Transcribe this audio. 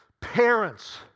Parents